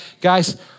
guys